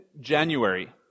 January